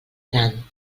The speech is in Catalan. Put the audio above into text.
gran